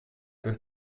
как